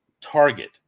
target